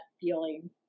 feeling